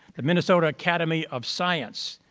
the minnesota academy of science,